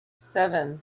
seven